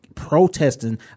protesting